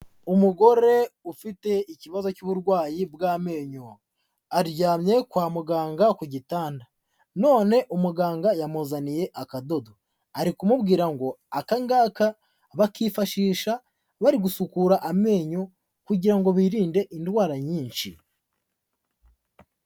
Umugore ufite ikibazo cy'uburwayi bw'amenyo, aryamye kwa muganga ku gitanda, none umuganga yamuzaniye akadodo, ari kumubwira ngo aka ngaka bakifashisha bari gusukura amenyo kugira ngo birinde indwara nyinshi.